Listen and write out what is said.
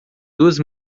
duas